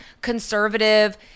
conservative